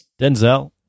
Denzel